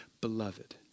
beloved